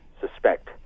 suspect